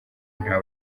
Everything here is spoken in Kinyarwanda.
nta